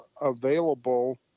available